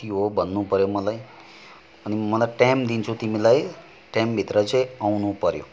कति हो भन्नु पऱ्यो मलाई अनि मलाई टाइम दिन्छु तिमीलाई टाइमभित्र चाहिँ आउनुपऱ्यो